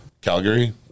Calgary